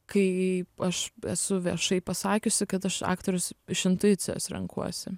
kai aš esu viešai pasakiusi kad aš aktorius iš intuicijos renkuosi